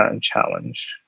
challenge